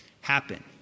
happen